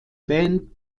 band